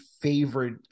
favorite